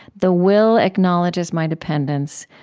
the will acknowledges my dependence.